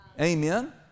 Amen